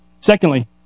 Secondly